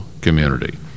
community